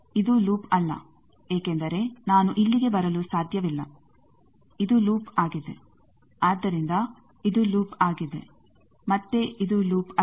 ಇದು ಲೂಪ್ ಅಲ್ಲ ಏಕೆಂದರೆ ನಾನು ಇಲ್ಲಿಗೆ ಬರಲು ಸಾಧ್ಯವಿಲ್ಲ ಇದು ಲೂಪ್ ಆಗಿದೆ ಆದ್ದರಿಂದ ಇದು ಲೂಪ್ ಆಗಿದೆ ಮತ್ತೇ ಇದು ಲೂಪ್ ಅಲ್ಲ